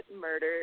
murdered